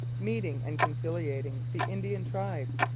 meeting and conciliating the indian tribes,